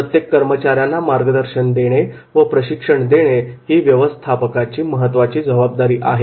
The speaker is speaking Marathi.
प्रत्येक कर्मचाऱ्यांना मार्गदर्शन देणे व प्रशिक्षण देणे ही व्यवस्थापकाची महत्त्वाची जबाबदारी आहे